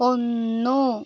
ഒന്ന്